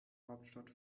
hauptstadt